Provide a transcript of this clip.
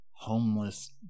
Homeless